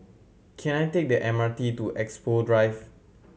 can I take the M R T to Expo Drive